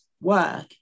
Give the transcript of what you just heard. work